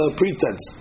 pretense